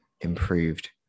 improved